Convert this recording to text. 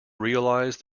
realize